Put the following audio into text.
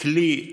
כלי iRisk,